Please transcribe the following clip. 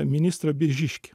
ministrą biržiškį